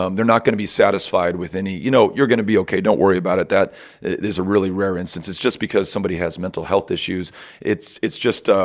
um they're not going to be satisfied with any you know, you're going to be ok don't worry about it that is a really rare instance it's just because somebody has mental health issues it's it's just, ah